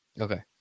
Okay